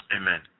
Amen